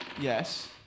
Yes